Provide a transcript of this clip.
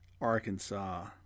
Arkansas